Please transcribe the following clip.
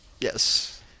Yes